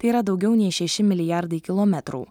tai yra daugiau nei šeši milijardai kilometrų